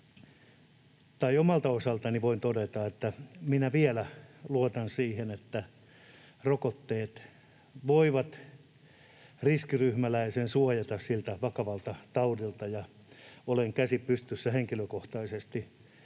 Omalta osaltani voin todeta, että minä vielä luotan siihen, että rokotteet voivat riskiryhmäläisen suojata siltä vakavalta taudilta, ja olen käsi pystyssä henkilökohtaisesti